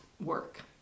work